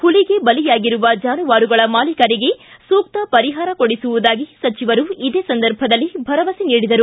ಮಲಿಗೆ ಬಲಿಯಾಗಿರುವ ಜಾನುವಾರುಗಳ ಮಾಲೀಕರಿಗೆ ಸೂಕ್ತ ಪರಿಹಾರ ಕೊಡಿಸುವುದಾಗಿ ಸಚಿವರು ಇದೇ ಸಂದರ್ಭದಲ್ಲಿ ಭರವಸೆ ನೀಡಿದರು